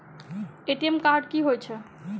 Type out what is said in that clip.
ATM card की हएत छै?